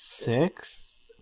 Six